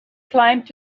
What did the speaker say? climbed